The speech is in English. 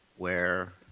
where,